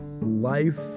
Life